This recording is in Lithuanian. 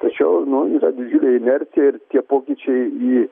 tačiau nu yra didžiulė inercija ir tie pokyčiai į